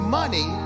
money